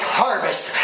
harvest